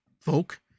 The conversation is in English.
folk